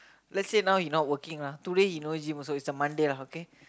let's say now you not working lah today he no need gym also it's a Monday lah okay